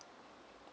<S<